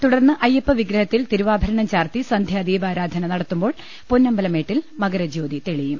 തുടർന്ന് അയ്യപ്പവിഗ്ര ഹത്തിൽ തിരുവാഭരണം ചാർത്തി സന്ധ്യാദീപാരാധന നടത്തുമ്പോൾ പൊന്നമ്പലമേട്ടിൽ മകര ജ്യോതി തെളിയും